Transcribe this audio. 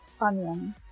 onion